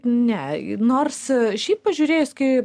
ne nors šiaip pažiūrėjus kai